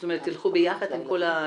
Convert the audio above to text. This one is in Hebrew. זאת אומרת תלכו ביחד עם כל השליש,